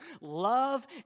love